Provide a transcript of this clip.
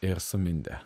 ir sumindė